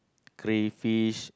crayfish